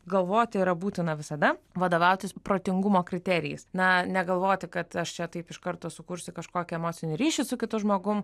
galvoti yra būtina visada vadovautis protingumo kriterijais na negalvoti kad aš čia taip iš karto sukursiu kažkokį emocinį ryšį su kitu žmogum